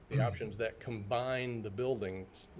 the options that combine the buildings,